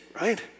right